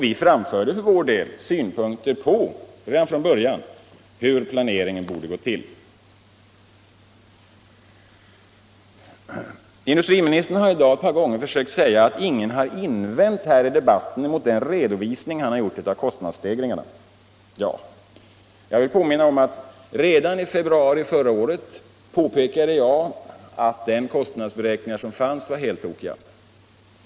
Vi framförde redan från början synpunkter på hur planeringen borde gå till. Industriministern har i dag ett par gånger försökt säga att ingen i den här debatten har invänt mot den redovisning han gjort av kostnadsstegringarna. Jag vill påminna om att jag redan i februari förra året påpekade att de kostnadsberäkningar som fanns var heltokiga.